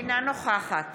אינה נוכחת